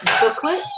booklet